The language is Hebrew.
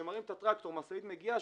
שמראים את הטרקטור משאית מגיעה,